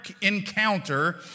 encounter